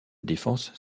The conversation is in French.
défense